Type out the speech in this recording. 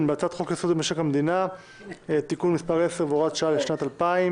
בהצעת חוק-יסוד: משק המדינה (תיקון מס' 10 והוראת שעה לשנת 2020),